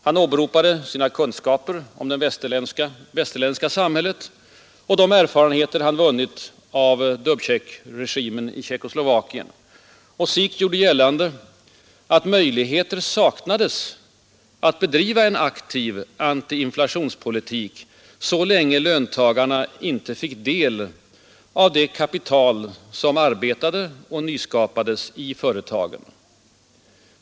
Med åberopande av sina kunskaper om det västerländska samhället och sina erfarenheter av Dubcek-regimen i Tjeckoslovakien gjorde Ota Sik gällande, att möjligheter saknades att bedriva en aktiv antiinflationspolitik, så länge löntagarna icke fick del av det i företagen arbetande och nyskapande kapitalet.